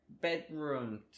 bedroom